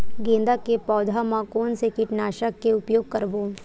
गेंदा के पौधा म कोन से कीटनाशक के उपयोग करबो?